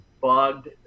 bugged